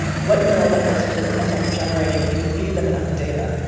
what neural networks will end up generating if you feed them enough data.